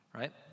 right